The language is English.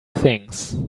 things